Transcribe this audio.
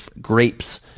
grapes